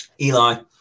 Eli